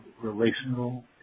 relational